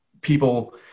people